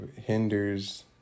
hinders